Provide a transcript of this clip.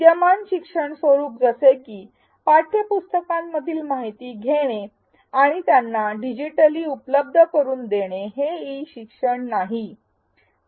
विद्यमान शिक्षण स्वरूप जसे की पाठ्यपुस्तकांमधील माहिती घेणे आणि त्यांना डिजिटली उपलब्ध करुन देणे हे ई शिक्षण नाही